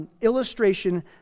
illustration